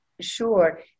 Sure